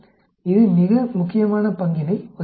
இது மிக முக்கியமான பங்கினை வகிக்கிறது